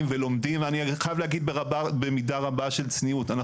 ולומדים ואני חייב להגיד במידה רבה של צניעות,